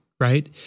right